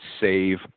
save